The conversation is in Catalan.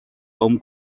hom